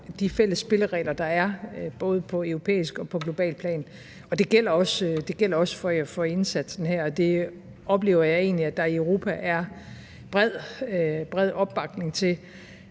de fælles spilleregler, der er, både på europæisk og på globalt plan. Det gælder også for indsatsen her, og det oplever jeg egentlig at der i Europa er bred opbakning til.